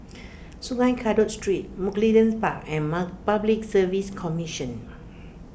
Sungei Kadut Street Mugliston Park and mark Public Service Commission